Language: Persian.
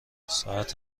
ساعت